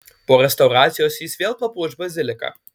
po restauracijos jis vėl papuoš baziliką